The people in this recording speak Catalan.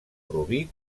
rubí